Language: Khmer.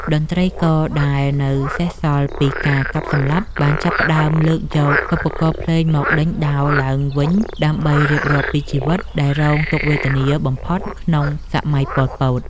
តន្ត្រីករដែលនៅសេសសល់ពីការកាប់សម្លាប់ បានចាប់ផ្តើមលើកយកឧបករណ៍ភ្លេងមកដេញដោលឡើងវិញ ដើម្បីរៀបរាប់ពីជីវិតដែលរងទុក្ខវេទនាបំផុតក្នុង សម័យប៉ុលពត។